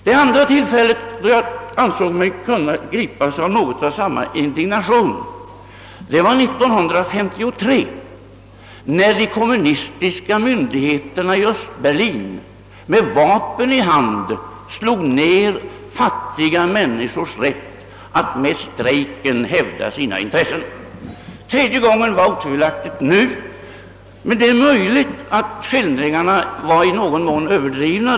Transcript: Den andra gången då jag greps av samma indignation var när de kommunistiska myndigheterna i Östberlin år 1953 med vapen i hand slog ned fattiga människors rätt att med strejken hävda sina intressen. Tredje gången var otvivelaktigt nu, men det är möjligt att skildringarna var i någon mån överdrivna.